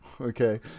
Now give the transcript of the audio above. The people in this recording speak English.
Okay